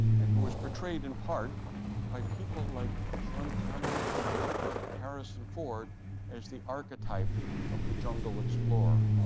and who was portrayed in part by people like sean connery and harrison ford as the archetype of the jungle explorer.